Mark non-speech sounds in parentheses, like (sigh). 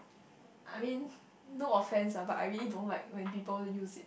I mean (breath) no offence ah but I really don't like when people use it